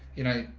you know,